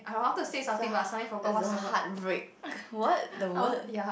it's a it's a heart break what the word